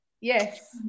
Yes